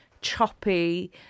choppy